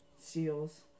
seals